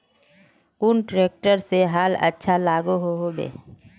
कुन ट्रैक्टर से हाल अच्छा लागोहो होबे?